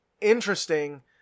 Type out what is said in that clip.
interesting